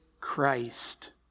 Christ